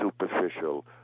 superficial